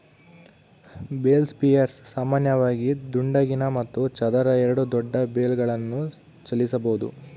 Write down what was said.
bale spears ಸಾಮಾನ್ಯವಾಗಿ ದುಂಡಗಿನ ಮತ್ತು ಚದರ ಎರಡೂ ದೊಡ್ಡ ಬೇಲ್ಗಳನ್ನು ಚಲಿಸಬೋದು